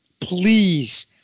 please